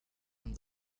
and